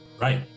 Right